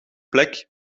plek